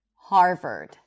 Harvard